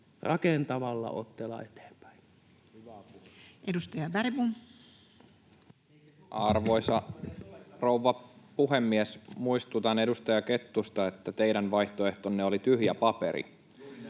hallinnonala Time: 19:33 Content: Arvoisa rouva puhemies! Muistutan edustaja Kettusta, että teidän vaihtoehtonne oli tyhjä paperi.